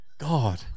God